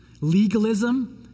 legalism